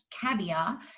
caviar